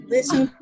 Listen